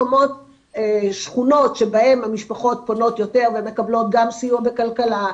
יש שכונות שבהם המשפחות פונות יותר ומקבלות גם סיוע בכלכלה.